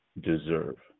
deserve